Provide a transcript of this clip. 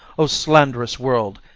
o sland'rous world!